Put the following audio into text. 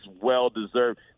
well-deserved